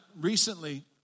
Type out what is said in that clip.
recently